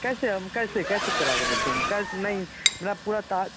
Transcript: कैसे हम कैसे कैसे चला के बोलते हैं कैस नहीं मेरा पूरा ताज